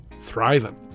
thriving